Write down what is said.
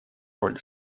роль